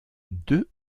deux